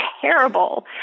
terrible